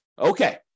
Okay